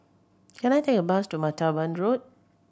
can I take a bus to Martaban Road